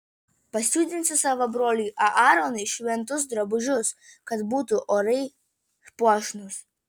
pasiūdinsi savo broliui aaronui šventus drabužius kad būtų oriai puošnūs